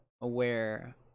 aware